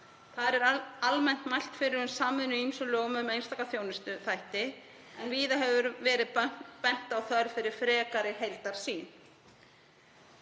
Þar er almennt mælt fyrir um samvinnu í ýmsum lögum um einstaka þjónustuþætti en víða hefur verið bent á þörf fyrir frekari heildarsýn.